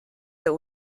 der